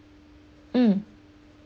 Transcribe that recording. mm